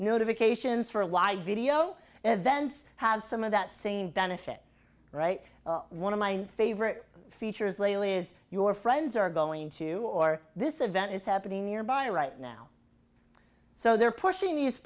notifications for live video events have some of that same benefit right one of my favorite features lately is your friends are going to or this event is happening nearby right now so they're pushing